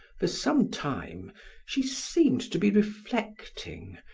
for some time she seemed to be reflecting,